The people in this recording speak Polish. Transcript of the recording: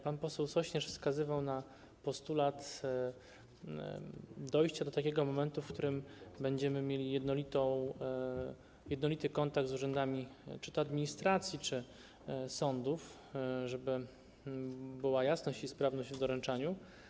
Pan poseł Sośnierz wskazywał na postulat dojścia do takiego momentu, w którym będziemy mieli jednolity kontakt z urzędami czy to administracji, czy sądów, żeby była jasność i sprawność w doręczaniu.